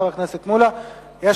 חבר הכנסת שלמה מולה.